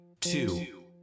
two